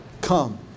Come